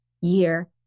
year